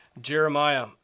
Jeremiah